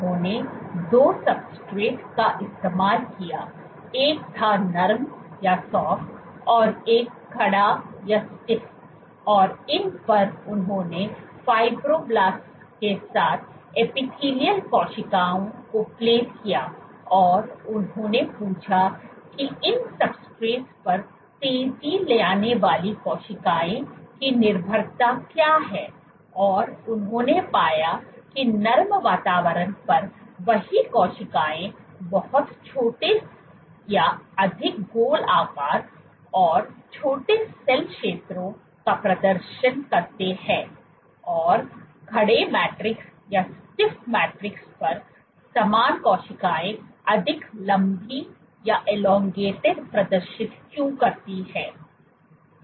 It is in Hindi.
उन्होंने 2 सबस्ट्रेट्स का इस्तेमाल किया एक था नरम और एक कड़ा और इन पर उन्होंने फाइब्रोब्लास्ट्स के साथ साथ एपिथेलियल कोशिकाएं को प्लेट किया और उन्होंने पूछा कि इन सबस्ट्रेट्स पर तेजी लाने वाली कोशिकाओं की निर्भरता क्या है और उन्होंने पाया कि नरम वातावरण पर वही कोशिकाएं बहुत छोटे या अधिक गोल आकार और छोटे सेल क्षेत्रों का प्रदर्शन करते हैं और कड़े मैट्रिक्स पर समान कोशिकाएं अधिक लम्बी प्रदर्शित क्यों करती हैं